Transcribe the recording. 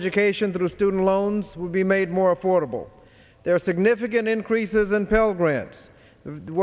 education through student loans will be made more affordable there are significant increases in pell grant